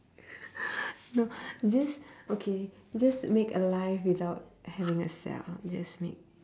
no just okay just make a life without having a cell you just make